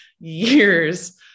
years